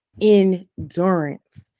endurance